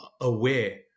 aware